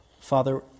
Father